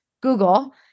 Google